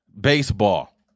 baseball